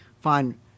find